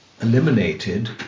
eliminated